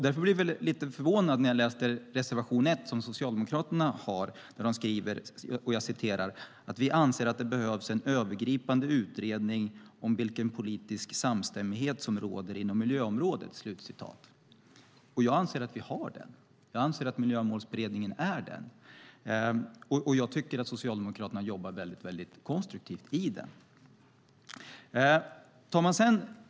Därför blev jag lite förvånad när jag läste reservation 1 från Socialdemokraterna: "Vi anser att det behövs en övergripande utredning om vilken politisk samstämmighet som råder inom miljöområdet." Jag anser att vi har en sådan utredning i och med Miljömålsberedningen och tycker att Socialdemokraterna jobbar mycket konstruktivt i den.